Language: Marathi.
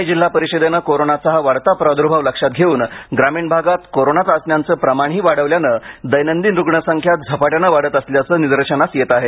पुणे जिल्हा परिषदेनं कोरोनाचा हा वाढता प्रादुर्भाव लक्षात घेऊन ग्रामीण भागात कोरोना चाचण्यांचं प्रमाणही वाढवल्यानं दैनंदिन रुग्णसंख्या झपाट्यानं वाढत असल्याचं निदर्शनास येत आहे